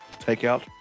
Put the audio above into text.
takeout